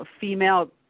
female